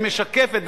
היא משקפת.